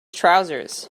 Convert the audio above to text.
trousers